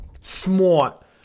Smart